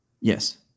Yes